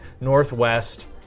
northwest